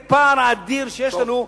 את הפער האדיר שיש לנו,